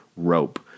Rope